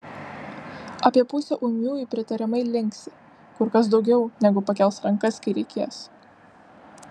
apie pusę ūmiųjų pritariamai linksi kur kas daugiau negu pakels rankas kai reikės